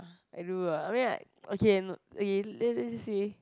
I don't know lah I mean like okay okay let let see